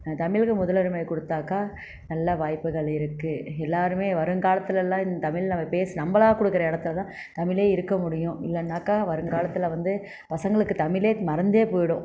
தமிழுக்கு முதலுரிமை குடுத்தாக்கா நல்லா வாய்ப்புகள் இருக்கு எல்லாரும் வருங்காலத்திலலாம் தமிழில் நம்மளாக கொடுக்குற இடத்துல தான் தமிழே இருக்க முடியும் இல்லைனாக்கா வருங்காலத்தில் வந்து பசங்களுக்கு தமிழ் மறந்து போய்டும்